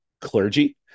clergy